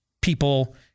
people